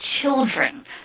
children